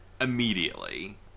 immediately